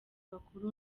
bakuru